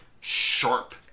sharp